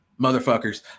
motherfuckers